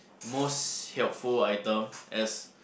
most helpful item as